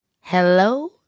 hello